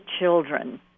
children